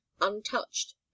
untouched